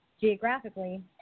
geographically